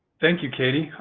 thank you, katie.